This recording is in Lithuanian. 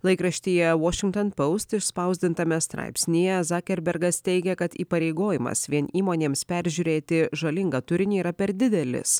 laikraštyje washington post išspausdintame straipsnyje zakerbergas teigia kad įpareigojimas vien įmonėms peržiūrėti žalingą turinį yra per didelis